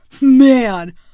Man